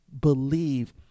believe